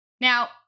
Now